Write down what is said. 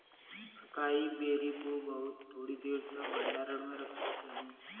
acai berry को बहुत थोड़ी देर तक भंडारण में रख सकते हैं